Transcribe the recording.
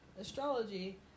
astrology